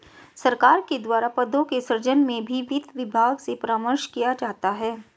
सरकार के द्वारा पदों के सृजन में भी वित्त विभाग से परामर्श किया जाता है